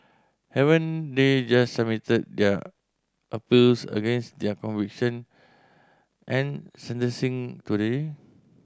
haven't they just submitted their appeals against their conviction and sentencing today